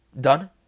Done